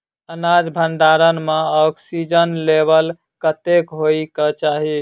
अनाज भण्डारण म ऑक्सीजन लेवल कतेक होइ कऽ चाहि?